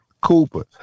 Cooper